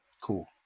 Cool